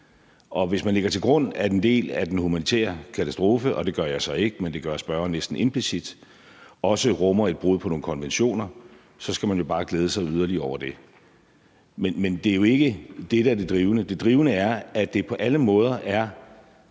Og hvis man lægger til grund, at en del af den humanitære katastrofe – og det gør jeg så ikke, men det gør spørgeren næsten implicit – også rummer et brud på nogle konventioner, så skal man jo bare glæde sig yderligere over det. Men det er jo ikke det, der er det drivende. Det drivende er, at det på alle måder altså